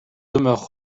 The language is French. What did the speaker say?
demeure